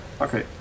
okay